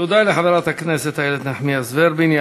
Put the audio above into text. תודה לחברת הכנסת איילת נחמיאס ורבין.